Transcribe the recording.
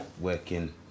working